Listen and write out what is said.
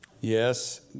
Yes